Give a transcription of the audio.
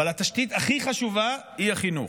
אבל התשתית הכי חשובה היא החינוך,